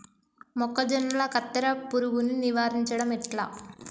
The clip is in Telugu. మొక్కజొన్నల కత్తెర పురుగుని నివారించడం ఎట్లా?